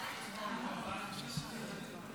כי אני חושב שיש לך הרבה יותר